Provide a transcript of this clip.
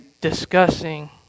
discussing